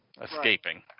escaping